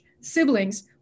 siblings